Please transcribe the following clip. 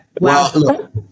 wow